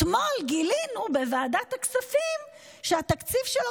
אתמול גילינו בוועדת הכספים שהתקציב שלו